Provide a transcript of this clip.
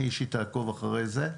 אני אישית אעקוב אחרי זה.